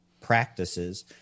practices